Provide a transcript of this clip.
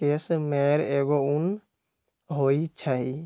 case मेयर एगो उन होई छई